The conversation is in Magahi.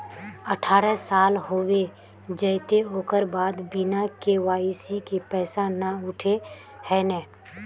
अठारह साल होबे जयते ओकर बाद बिना के.वाई.सी के पैसा न उठे है नय?